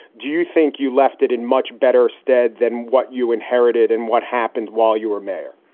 do you think you left it in much better stead than what you inherited and what happened while you were mayor?